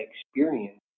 experience